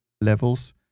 levels